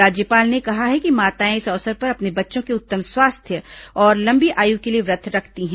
राज्यपाल ने कहा है कि माताएं इस अवसर पर अपने बच्चों के उत्तम स्वास्थ्य और लंबी आयु के लिए यह व्रत रखती हैं